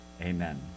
Amen